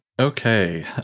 Okay